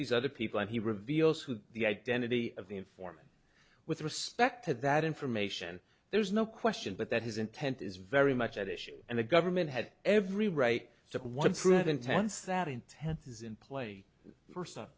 these other people he reveals who the identity of the informant with respect to that information there's no question but that his intent is very much at issue and the government had every right to one prove intense that intent is in play